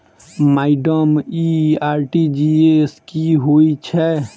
Madam इ RTGS की होइ छैय?